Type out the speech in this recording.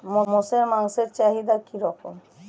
মোষের মাংসের চাহিদা কি রকম?